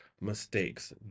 mistakes